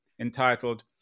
entitled